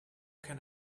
can